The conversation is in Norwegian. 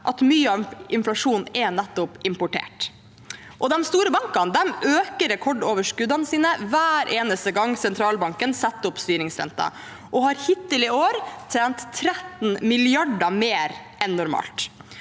mye av inflasjonen nettopp er importert. De store bankene øker rekordoverskuddene sine hver eneste gang sentralbanken setter opp styringsrenten, og har hittil i år tjent 13 mrd. kr mer enn normalt.